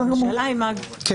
אבל השאלה היא מה חשוב.